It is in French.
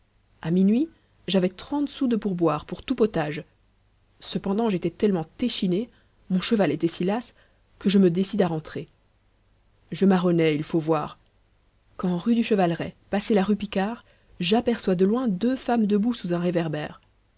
à minuit j'avais trente sous de pourboire pour tout potage cependant j'étais tellement échiné mon cheval était si las que je me décide à rentrer je marronnais il faut voir quand rue du chevaleret passé la rue picard j'aperçus de loin deux femmes debout sous un réverbère